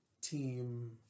Team